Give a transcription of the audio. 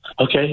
Okay